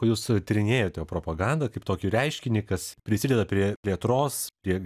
jūsų tyrinėjot jau propagandą kaip tokį reiškinį kas prisideda prie plėtros prie